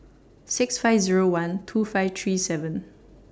six five Zero one two five three seven